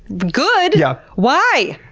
good? yeah why?